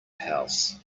house